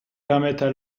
permettent